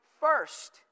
first